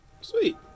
sweet